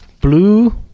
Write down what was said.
Blue